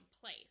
place